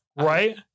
right